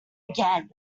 again